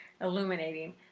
illuminating